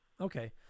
okay